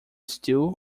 stu